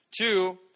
two